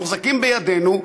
מוחזקים בידינו,